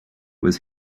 was